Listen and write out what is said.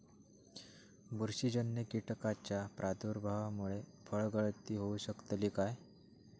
बुरशीजन्य कीटकाच्या प्रादुर्भावामूळे फळगळती होऊ शकतली काय?